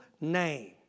name